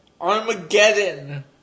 Armageddon